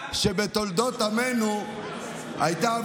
אתם משבשים את מערכת הבחירות בטבריה בשביל מקורבים לדרעי,